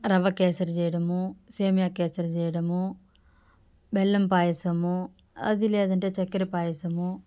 రవ కేసరి చేయడము సేమ్యా కేసరి చేయడము బెల్లం పాయసము అది లేదంటే చక్కర పాయసము